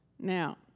Now